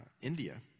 India